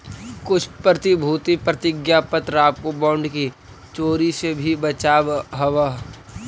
कुछ प्रतिभूति प्रतिज्ञा पत्र आपको बॉन्ड की चोरी से भी बचावअ हवअ